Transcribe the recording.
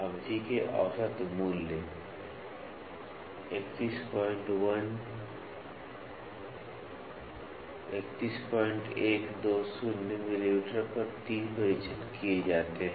अवधि के औसत मूल्य 31120 मिलीमीटर पर तीन परीक्षण किए जाते हैं